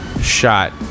shot